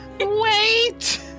Wait